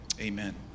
Amen